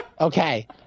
okay